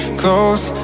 close